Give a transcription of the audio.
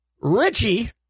Richie